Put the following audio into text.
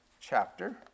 chapter